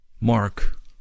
Mark